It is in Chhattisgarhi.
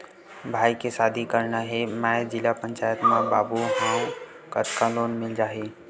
भाई के शादी करना हे मैं जिला पंचायत मा बाबू हाव कतका लोन मिल जाही?